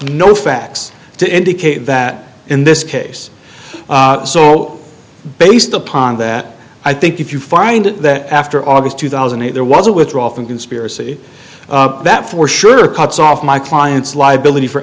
no facts to indicate that in this case so based upon that i think if you find that after august two thousand and eight there was a withdraw from conspiracy that for sure cuts off my client's liability for